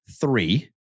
three